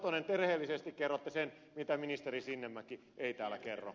satonen rehellisesti kerrotte sen mitä ministeri sinnemäki ei täällä kerro